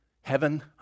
Heaven